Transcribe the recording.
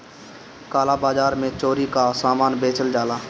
काला बाजार में चोरी कअ सामान बेचल जाला